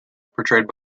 portrayed